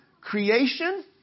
creation